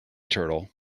turtle